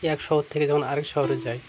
এক শহর থেকে যমখন আরেক শহরে যায়